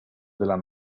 della